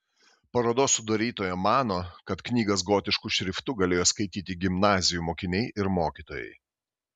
parodos sudarytoja mano kad knygas gotišku šriftu galėjo skaityti gimnazijų mokiniai ir mokytojai